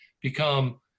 become